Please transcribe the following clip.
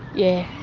yeah.